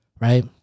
Right